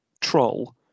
troll